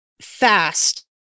fast